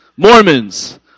Mormons